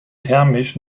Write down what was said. thermisch